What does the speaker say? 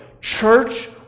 Church